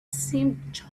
seemed